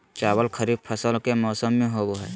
चावल खरीफ फसल के मौसम में होबो हइ